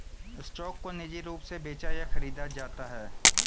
stock को निजी रूप से बेचा या खरीदा जाता है